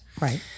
Right